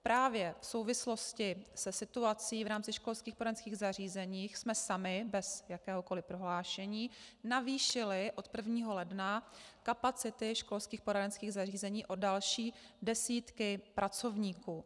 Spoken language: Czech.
Právě v souvislosti se situací v rámci školských poradenských zařízení jsme sami, bez jakéhokoli prohlášení, navýšili od 1. ledna kapacity školských poradenských zařízení o další desítky pracovníků.